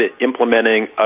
implementing